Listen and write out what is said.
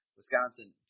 Wisconsin